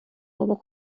بابا